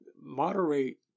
moderate